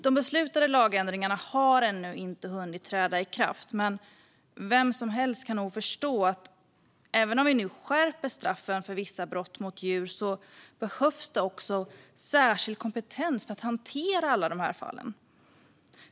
De beslutade lagändringarna har ännu inte hunnit träda i kraft, men vem som helst kan nog förstå att även om vi nu skärper straffen för vissa brott mot djur behövs det också särskild kompetens för att hantera alla dessa fall.